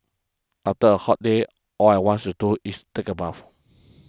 after a hot day all I wants to do is take a bath